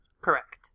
Correct